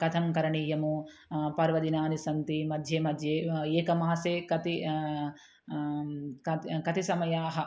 कथं करणीयं पर्वदिनानि सन्ति मध्ये मध्ये एकमासे कति कत् कतिसमयः